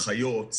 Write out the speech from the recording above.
אחיות,